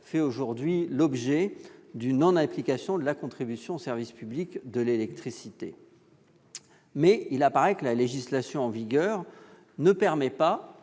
fait aujourd'hui l'objet d'une non-application de la contribution au service public de l'électricité, la CSPE. Or il apparaît que la législation en vigueur ne permet pas